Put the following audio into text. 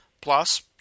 Plus